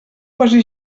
quasi